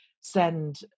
send